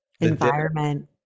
Environment